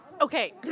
Okay